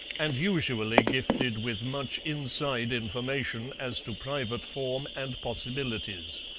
and usually gifted with much inside information as to private form and possibilities.